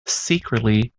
secretly